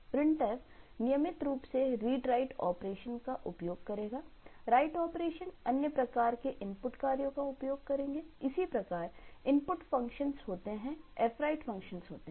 Printf नियमित रूप से read writeऑपरेशन का उपयोग करेगा write operations अन्य प्रकार के इनपुट कार्यों का उपयोग करेगा इसी प्रकार input फंक्शन होते हैं fwrite फंक्शन होते हैं